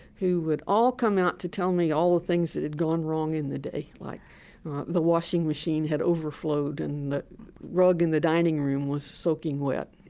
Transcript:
who would all come out to tell me all the things that had gone wrong in the day, like the washing machine had overflowed and the rug in the dining room was soaking wet.